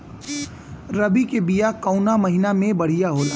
रबी के बिया कवना महीना मे बढ़ियां होला?